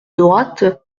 droite